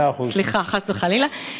סליחה, חס וחלילה.